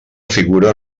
figura